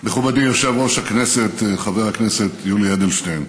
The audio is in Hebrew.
מכובדי יושב-ראש הכנסת חבר הכנסת יולי אדלשטיין,